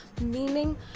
meaning